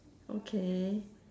okay